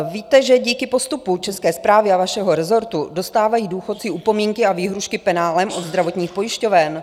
Víte, že díky postupu České správy a vašeho rezortu dostávají důchodci upomínky a výhrůžky penále od zdravotních pojišťoven?